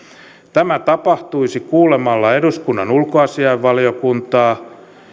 tämä tapahtuisi kuulemalla eduskunnan ulkoasiainvaliokuntaa